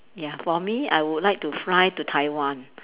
ya for me I would like to fly to Taiwan